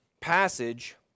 passage